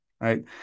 right